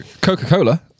Coca-Cola